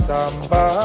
Samba